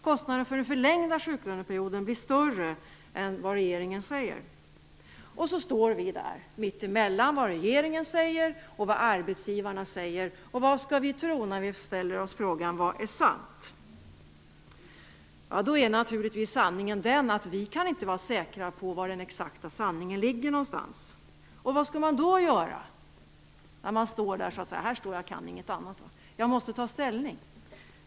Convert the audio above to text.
Kostnaden för den förlängda sjuklöneperioden blir större än vad regeringen säger. Här står vi mitt emellan vad regeringen säger och vad arbetsgivarna säger. Vad skall vi tro när vi ställer oss frågan om vad som är sant? Då är naturligtvis sanningen den att vi inte kan vara säkra på var den exakta sanningen ligger någonstans. Vad skall man då göra? Här står jag och kan inget annat, men jag måste ta ställning.